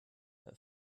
but